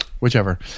Whichever